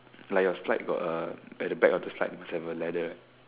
like your slide got a the back of the slide must have a ladder right